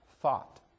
thought